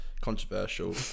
controversial